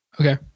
Okay